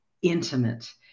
intimate